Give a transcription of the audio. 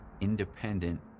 independent